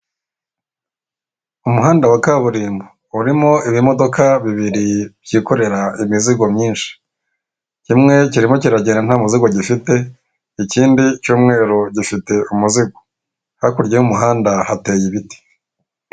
Umuhanda wa kaburimbo. Urimo ibimodoka bibiri byikorera imizigo myinshi. Kimwe kirimo kiragenda nta muzigo gifite, ikindi cy'umweru gifite umuzigo. Hakurya y'umuhanda hateye ibiti.